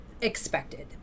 expected